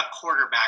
quarterback